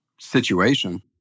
situation